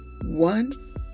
One